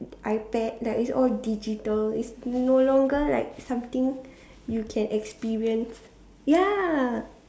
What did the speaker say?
iPad like it's all digital it's no longer like something you can experience ya